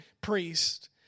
priest